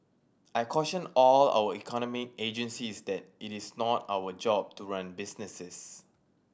I caution all our economic agencies that it is not our job to run businesses